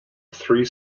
three